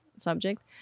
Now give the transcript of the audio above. subject